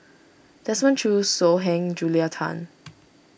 Desmond Choo So Heng Julia Tan